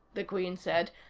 the queen said,